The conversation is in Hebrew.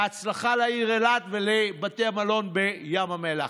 בהצלחה לעיר אילת ולבתי המלון בים המלח.